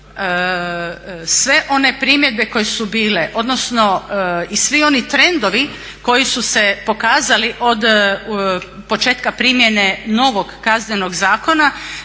sve one primjedbe koje su bile, odnosno i svi trendovi koji su se pokazali od početka primjene novog Kaznenog zakona,